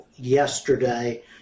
yesterday